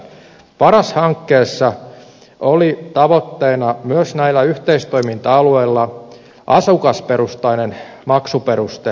paras hankkeessa oli tavoitteena myös näillä yhteistoiminta alueilla asukasperustainen maksuperuste palveluissa